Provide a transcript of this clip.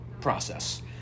process